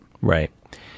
Right